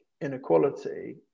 inequality